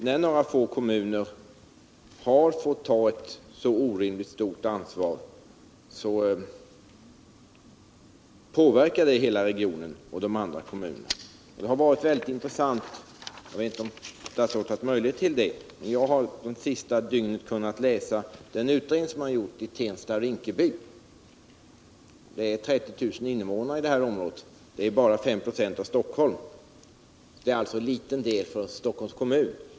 När några få kommuner har fått ta ett orimligt stort ansvar påverkar det hela regionen och därmed även de andra kommunerna. Det har varit intressant att läsa den utredning som gjorts om Tensta och Rinkeby. Jag vet inte om statsrådet haft möjlighet till det, men jag har läst den det senaste dygnet. Det bor 30 000 invånare i det området. Det är bara 5 "a av Stockholms invånarantal och alltså en liten del av Stockholms kommun.